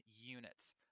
units